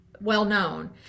well-known